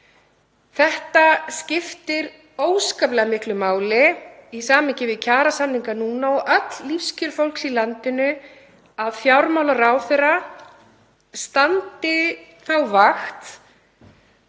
Það skiptir óskaplega miklu máli í samhengi við kjarasamninga núna og öll lífskjör fólks í landinu að fjármálaráðherra standi þá vakt